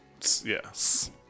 Yes